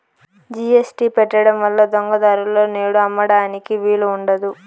GST పెట్టడం వల్ల దొంగ దారులలో నేడు అమ్మడానికి వీలు ఉండదు